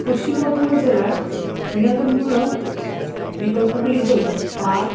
পশ্চিম বর্ধমান জেলার বিনোদনমূলক বিকল্পগুলি হল পার্ক